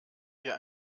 wir